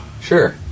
Sure